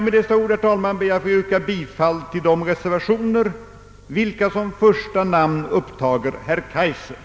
Med dessa ord, herr talman, ber jag att få yrka bifall till de reservationer vilka som första namn upptar herr Kaijser.